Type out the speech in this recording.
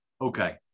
Okay